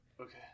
Okay